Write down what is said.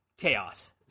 chaos